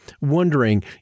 wondering